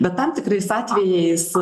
bet tam tikrais atvejais